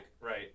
Right